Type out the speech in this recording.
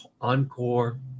Encore